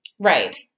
Right